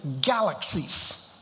galaxies